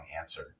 answer